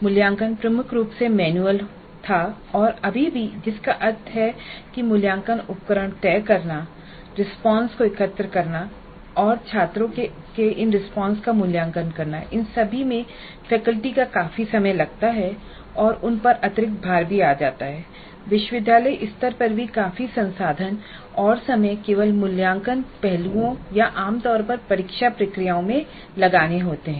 मूल्यांकन प्रमुख रूप से मैनुअल था और अभी भी है जिसका अर्थ है कि मूल्यांकन उपकरण तय करना रिस्पॉन्स को एकत्र करना और छात्रों के इन रिस्पॉन्स का मूल्यांकन करना इन सभी में फैकल्टी का काफ़ी समय लगता है और उन पर अतिरिक्त भार भी आ जाता है विश्वविद्यालय स्तर पर भी काफी संसाधन और समय केवल मूल्यांकन पहलुओं या आम तौर पर परीक्षा प्रक्रियाओं मे लगाने होते हैं